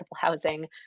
housing